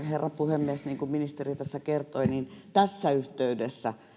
herra puhemies niin kuin ministeri kertoi tässä yhteydessä